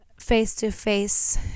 face-to-face